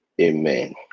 Amen